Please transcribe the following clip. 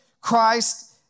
Christ